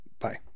Bye